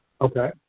Okay